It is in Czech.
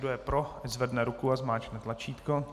Kdo je pro, ať zvedne ruku a zmáčkne tlačítko.